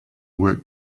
work